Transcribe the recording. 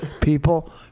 People